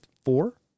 four